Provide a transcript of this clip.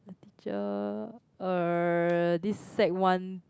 teacher this sec one